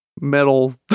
Metal